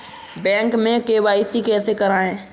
Bank में KYC कैसे करायें?